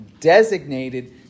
designated